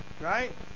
right